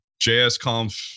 JSConf